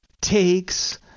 takes